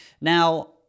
Now